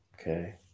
Okay